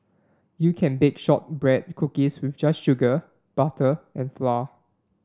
you can bake shortbread cookies with just sugar butter and flour